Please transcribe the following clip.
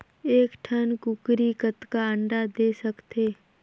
एक ठन कूकरी कतका अंडा दे सकथे?